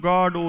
God